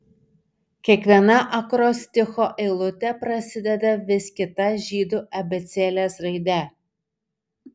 kiekviena akrosticho eilutė prasideda vis kita žydų abėcėlės raide